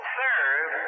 serve